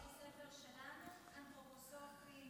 בתי הספר שלנו הם אנתרופוסופיים,